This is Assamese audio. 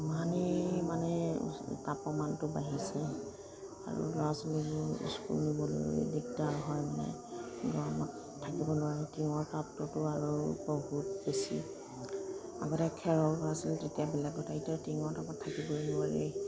ইমানে মানে তাপমানটো বাঢ়িছে আৰু ল'ৰা ছোৱালীবোৰ স্কুল নিবলৈ দিগদাৰ হয় মানে গৰমত থাকিব নোৱাৰি টিনৰ তাপটোতো আৰু বহুত বেছি আগতে খেৰৰ আছিল তেতিয়া বেলেগ কথা এতিয়া আৰু টিনৰ তাপত থাকিবই নোৱাৰি